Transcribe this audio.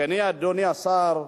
אדוני השר,